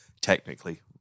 technically